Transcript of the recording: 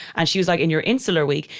and she was like, in your insular week,